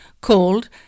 called